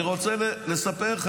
אני רוצה לספר לך,